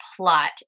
plot